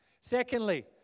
Secondly